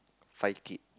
five kid